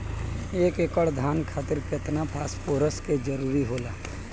एक एकड़ धान खातीर केतना फास्फोरस के जरूरी होला?